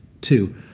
Two